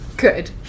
Good